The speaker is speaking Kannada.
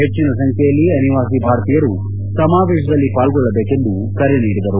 ಹೆಚ್ಚನ ಸಂಖ್ಯೆಯಲ್ಲಿ ಅನಿವಾಸಿ ಭಾರತೀಯರು ಸಮಾವೇಶದಲ್ಲಿ ಪಾಲ್ಗೊಳ್ಟಬೇಕೆಂದು ಕರೆ ನೀಡಿದರು